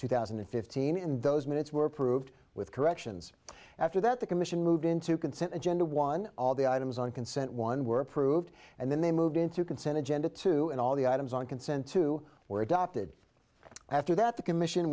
two thousand and fifteen and those minutes were approved with corrections after that the commission moved into consent agenda one all the items on consent one were approved and then they moved into consented genda two and all the items on consent to were adopted after that the commission